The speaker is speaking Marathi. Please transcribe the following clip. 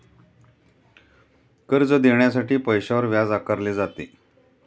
कर्ज देण्यासाठी पैशावर व्याज आकारले जाते